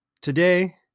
Today